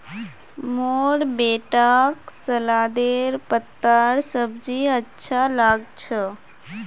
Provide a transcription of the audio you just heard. मोर बेटाक सलादेर पत्तार सब्जी अच्छा लाग छ